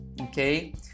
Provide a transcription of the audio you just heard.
Okay